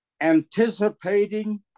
anticipating